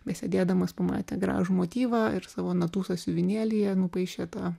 besėdėdamas pamatė gražų motyvą ir savo natų sąsiuvinėlyje nupaišė tą